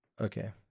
Okay